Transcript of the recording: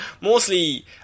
mostly